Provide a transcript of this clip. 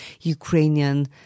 Ukrainian